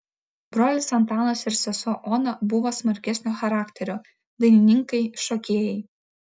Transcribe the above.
brolis antanas ir sesuo ona buvo smarkesnio charakterio dainininkai šokėjai